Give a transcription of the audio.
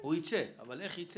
הוא ייצא, אבל לא יודע איך.